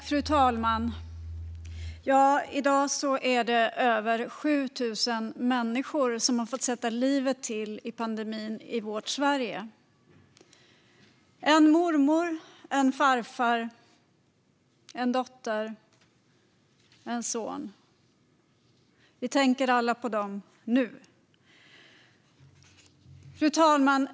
Fru talman! Ja, i dag är det över 7 000 människor som har fått sätta livet till i pandemin i vårt Sverige. En mormor, en farfar, en dotter, en son - vi tänker alla på dem nu. Fru talman!